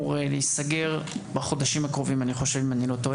אמור להיסגר בחודשים הקרובים.